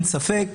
אין ספק.